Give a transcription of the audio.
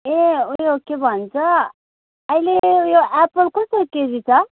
ए उयो के भन्छ अहिले उयो एप्पल कसरी केजी छ